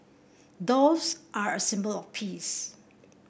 doves are a symbol of peace